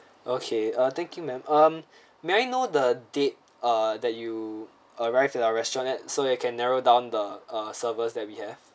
okay uh thank you ma'am um may I know the date uh that you arrived at our restaurant at so I can narrow down the uh server that we have